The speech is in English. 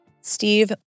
Steve